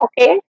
okay